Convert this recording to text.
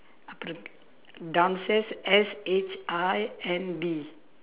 up~ downstairs S H I N B